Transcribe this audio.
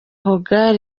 hogard